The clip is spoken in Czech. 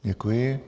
Děkuji.